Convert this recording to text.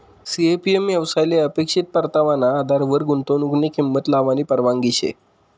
CAPM येवसायले अपेक्षित परतावाना आधारवर गुंतवनुकनी किंमत लावानी परवानगी शे